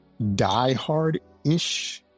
diehard-ish